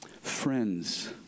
friends